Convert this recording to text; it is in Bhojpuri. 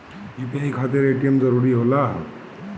यू.पी.आई खातिर ए.टी.एम जरूरी होला?